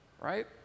right